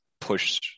push